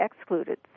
excluded